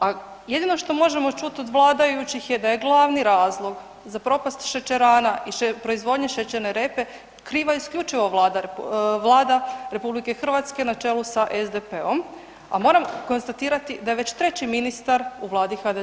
A jedino što možemo čuti od vladajućih je da je glavni razlog za propast šećerana i proizvodnje šećerne repe kriva isključivo Vlada RH na čelu sa SDP-om, a moram konstatirati da je već treći ministar u Vladi HDZ-a.